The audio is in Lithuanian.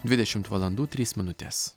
dvidešimt valandų trys minutės